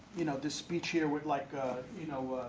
you know this speech here would like ah you know